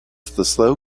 slow